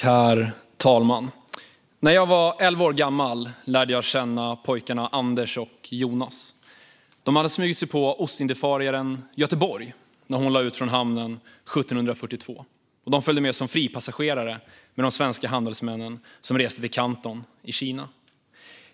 Herr talman! När jag var elva år gammal lärde jag känna pojkarna Anders och Jonas. De hade smugit sig ombord på ostindiefararen Götheborg när hon lade ut från hamnen 1742 och följde som fripassagerare med de svenska handelsmännen som reste till Kanton i Kina.